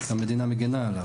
המדינה מגנה עליו.